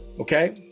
okay